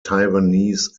taiwanese